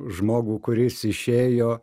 žmogų kuris išėjo